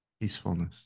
peacefulness